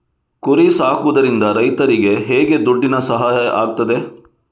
ಕುರಿ ಸಾಕುವುದರಿಂದ ರೈತರಿಗೆ ಹೇಗೆ ದುಡ್ಡಿನ ಸಹಾಯ ಆಗ್ತದೆ?